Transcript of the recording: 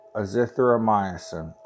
azithromycin